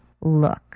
look